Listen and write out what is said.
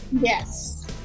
Yes